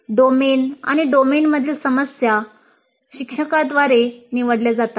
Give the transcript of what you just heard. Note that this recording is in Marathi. डोमेन आणि डोमेनमधील समस्या शिक्षकांद्वारे निवडल्या जातात